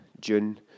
June